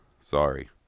sorry